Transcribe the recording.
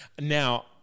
Now